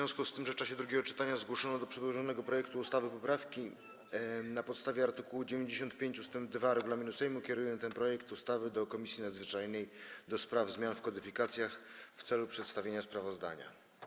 W związku z tym, że w czasie drugiego czytania zgłoszono do przedłożonego projektu ustawy poprawki, na podstawie art. 95 ust. 2 regulaminu Sejmu kieruję ten projekt ustawy do Komisji Nadzwyczajnej do spraw zmian w kodyfikacjach w celu przedstawienia sprawozdania.